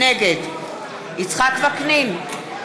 נגד יצחק וקנין,